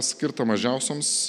skirtą mažiausioms